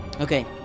Okay